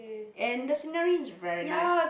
and the scenery is very nice